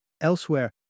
Elsewhere